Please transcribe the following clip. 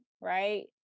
right